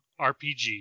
RPG